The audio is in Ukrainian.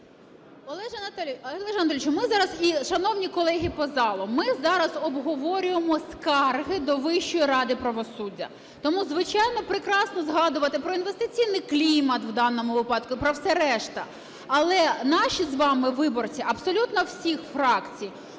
Олеже Анатолійовичу, ми зараз, і шановні колеги по залу, ми зараз обговорюємо скарги до Вищої ради правосуддя. Тому, звичайно, прекрасно згадувати про інвестиційний клімат в даному випадку, про все решта. Але наші з вами виборці, абсолютно всіх фракцій,